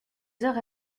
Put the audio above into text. heures